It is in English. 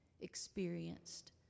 experienced